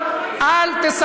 הם לא פחות